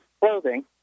clothing